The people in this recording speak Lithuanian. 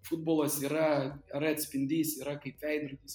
futbolas yra yra atspindys yra kaip veidrodis